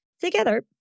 Together